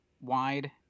wide